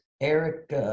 Eric